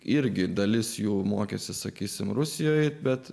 irgi dalis jų mokėsi sakysime rusijoje bet